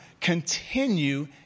continue